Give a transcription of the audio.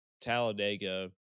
talladega